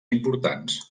importants